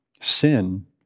sin